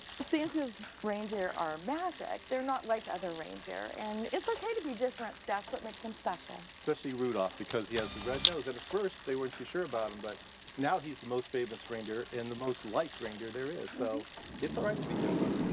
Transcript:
santa's reindeer are magic. they're not like other reindeer, and it's okay to be different. that's what makes them special. especially rudolph, because he has the red nose. and at first, they weren't too sure about him, but now he's the most famous reindeer, and the most liked reindeer there is. so it's all right to be different.